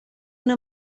una